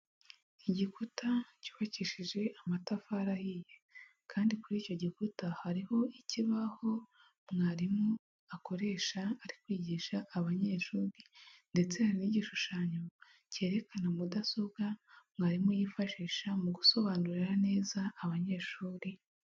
Igikuta cyubakishije amatafari ahiye, kandi kuri icyo gikuta hariho ikibaho mwarimu akoresha ari kwigisha abanyeshuri, ndetse hari n'igishushanyo cyerekana mudasobwa mwarimu yifashisha mu gusobanurira neza abanyeshuri.